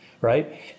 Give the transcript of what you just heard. Right